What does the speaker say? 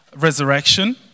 resurrection